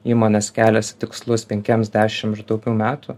įmonės keliasi tikslus penkiems dešim ir daugiau metų